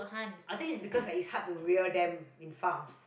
I think it's because it's hard to rear them in farms